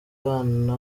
umwana